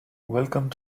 welcome